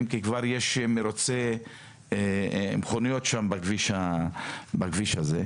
כי כבר יש מרוצי מכוניות בכביש הזה.